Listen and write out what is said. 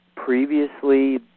Previously